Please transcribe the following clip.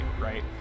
right